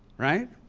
right?